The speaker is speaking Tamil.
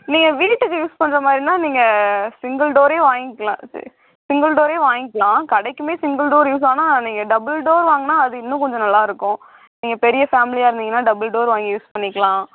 நீங்கள் வீட்டுக்கு யூஸ் பண்ணுற மாதிரி இருந்தால் நீங்கள் சிங்கிள் டோரே வாங்கிக்கலாம் சிங்கிள் டோரே வாங்கிக்கலாம் கடைக்குமே சிங்கிள் டோர் யூஸ் ஆனால் நீங்கள் டபுள் டோர் வாங்கினா அது இன்னும் கொஞ்சம் நல்லா இருக்கும் நீங்கள் பெரிய ஃபேம்லியாக இருந்தீங்கன்னா டபுள் டோர் வாங்கி யூஸ் பண்ணிக்கலாம்